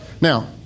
Now